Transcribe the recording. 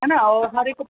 है न और हर हिकु